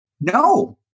No